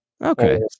Okay